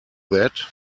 that